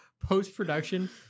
post-production